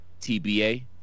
TBA